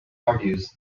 argues